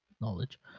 knowledge